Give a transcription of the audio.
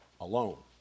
alone